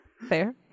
Fair